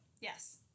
Yes